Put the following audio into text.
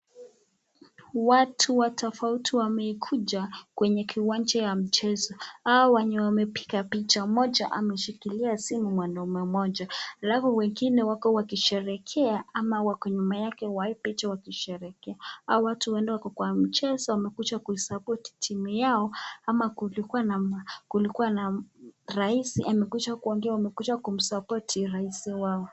Watu watofauti wamekuja kwenye kiwanjaa ya mchezo. Hao wenye wamepiga picha. Mmoja ameshikilia simu mwanaume mmoja alafu wengine wako wakisherehekea ama wako nyuma yake wa hii picha wakisherehekea. Hawa watu huenda wako kwa mchezo ama wamekuja ku[support] timu yao ama kulikua na rais amekuja kuongea amekuja kum[support] raisi wao.